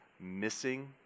missing